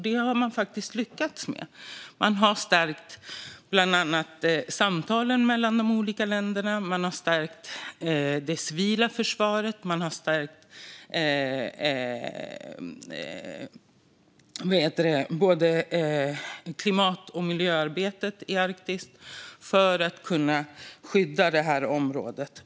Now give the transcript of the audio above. Det har man faktiskt lyckats med; man har stärkt bland annat samtalen mellan de olika länderna, man har stärkt det civila försvaret och man har stärkt klimat och miljöarbetet i Arktis för att kunna skydda det här området.